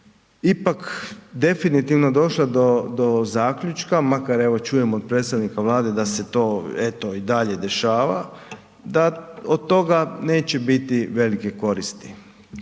ipak definitivno došla do zaključka, makar evo čujemo od predstavnika Vlade da se to eto i dalje dešava, da od toga neće biti velike koristi